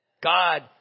God